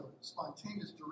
spontaneous